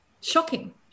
Shocking